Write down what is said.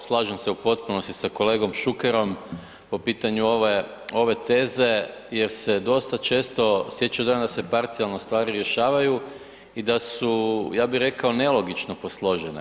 Evo slažem se u potpunosti sa kolegom Šukerom po pitanju ove teze jer se dosta često stječe dojam da se parcijalno stvari rješavaju i da su ja bi rekao nelogično posložene.